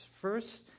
First